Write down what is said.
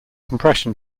compression